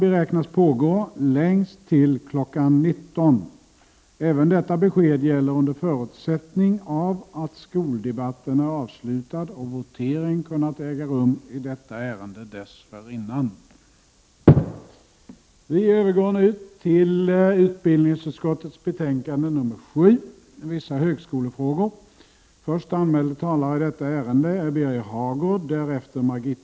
Det förhållandet att staten är en av de engagerade parterna gör att det blir så mycket mera angeläget att riksdagen inte uppträder på ett sätt som kan betecknas som oneutralt.